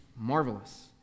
marvelous